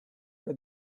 che